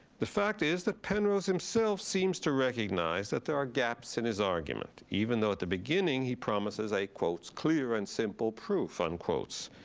the fact is that penrose himself seems to recognize that there are gaps in his argument, even though at the beginning he promises, i quote, clear and simple proof, unquotes.